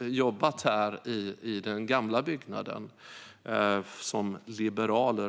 jobbade i det gamla riksdagshuset. De var liberaler.